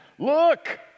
Look